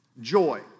Joy